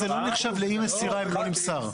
זה לא נחשב לאי מסירה אם לא נמסר.